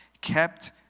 kept